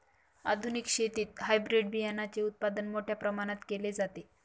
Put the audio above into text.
आधुनिक शेतीत हायब्रिड बियाणाचे उत्पादन मोठ्या प्रमाणात केले जाते